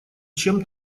чем